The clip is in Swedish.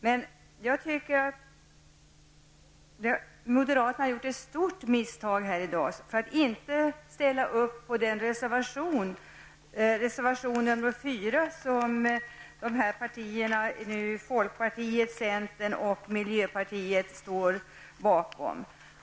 Men jag tycker att moderaterna har gjort ett stort misstag här i dag genom att inte ställa upp på reservation nr 4, som folkpartiet, centern och miljöpartiet står bakom.